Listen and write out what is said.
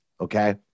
Okay